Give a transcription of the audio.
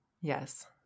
Yes